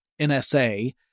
NSA